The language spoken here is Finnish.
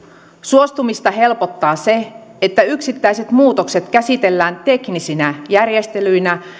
suostumista helpottaa se että yksittäiset muutokset käsitellään teknisinä järjestelyinä